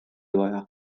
vaja